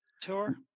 tour